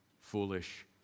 foolish